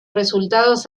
resultados